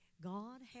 God